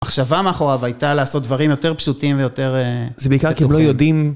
המחשבה מאחוריו הייתה לעשות דברים יותר פשוטים ויותר... זה בעיקר כי הם לא יודעים...